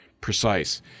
precise